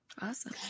Awesome